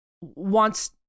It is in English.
wants